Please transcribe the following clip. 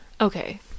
Okay